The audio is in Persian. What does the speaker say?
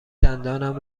دندانم